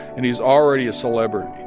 and he's already a celebrity